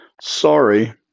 Sorry